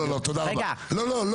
ממש לא.